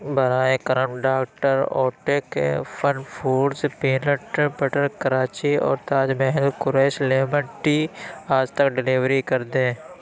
براہ کرم Doctor Oetker Fun Foods Peanut Butter Crunchy اور تاج محل قریش لیمن ٹی آج تک ڈیلیوری کر دیں